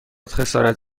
خسارت